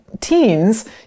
teens